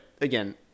again